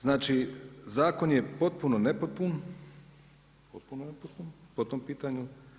Znači, zakon je potpuno nepotpun, potpuno nepotpun po tom pitanju.